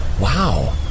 wow